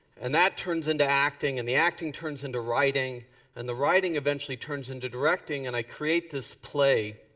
and that turns into acting and the acting turns into writing and the writing eventually turns into directing and i create this play.